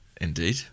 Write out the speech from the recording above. Indeed